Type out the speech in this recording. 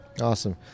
awesome